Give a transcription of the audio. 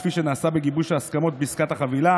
כפי שנעשה בגיבוש ההסכמות בעסקת החבילה